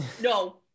No